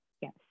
Yes